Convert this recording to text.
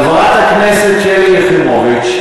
חברת הכנסת שלי יחימוביץ,